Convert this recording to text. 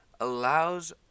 allows